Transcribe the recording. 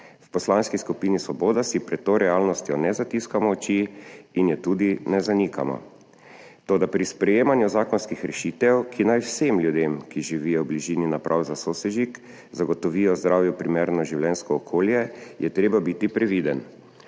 V Poslanski skupini Svoboda si pred to realnostjo ne zatiskamo oči in je tudi ne zanikamo. Toda pri sprejemanju zakonskih rešitev, ki naj vsem ljudem, ki živijo v bližini naprav za sosežig, zagotovijo zdravju primerno življenjsko okolje, je treba biti previden.